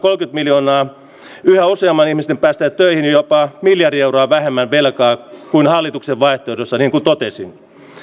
miljoonaa yhä useamman ihmisen päästessä töihin jopa miljardi euroa vähemmän velkaa kuin hallituksen vaihtoehdossa niin kuin totesin